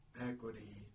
equity